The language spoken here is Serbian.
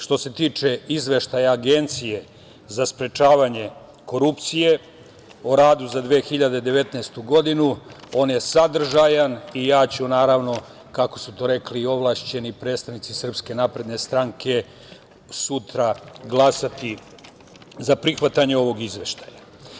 Što se tiče Izveštaja Agencije za sprečavanje korupcije o radu za 2019. godinu, on je sadržajan i ja ću, naravno, kako su to rekli ovlašćeni predstavnici SNS, sutra glasati za prihvatanje ovog izveštaja.